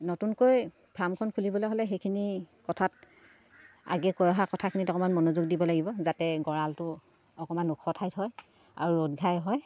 নতুনকৈ ফাৰ্মখন খুলিবলৈ হ'লে সেইখিনি কথাত আগে কৈ অহা কথাখিনিত অকণমান মনোযোগ দিব লাগিব যাতে গঁৰালটো অকণমান ওখ ঠাইত হয় আৰু ৰ'দ ঘাই হয়